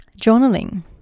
Journaling